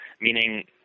meaning